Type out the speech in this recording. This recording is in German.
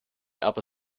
aber